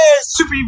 Super